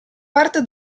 parte